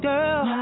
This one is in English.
Girl